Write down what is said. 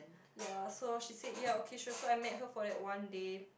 ya so she said ya okay sure so I met her for that one day